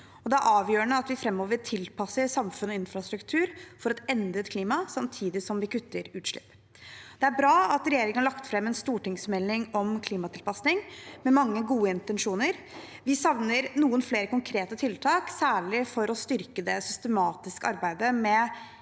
det er avgjørende at vi framover tilpasser samfunn og infrastruktur for et endret klima, samtidig som vi kutter utslipp. Det er bra at regjeringen har lagt fram en stortingsmelding om klimatilpasning med mange gode intensjoner. Vi savner likevel noen flere konkrete tiltak, særlig for å styrke det systematiske arbeidet med